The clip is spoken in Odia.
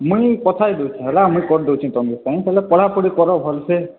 ମୁଇଁ କଥା ହେଇ ଯାଉଛିଁ ହେଲା ମୁଇଁ କରି ଦେଉଛି ତୁମପାଇଁ ତୁମେ ପଢ଼ାପଢ଼ି କର ଭଲ୍ସେ